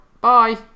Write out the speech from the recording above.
bye